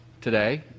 today